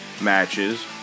matches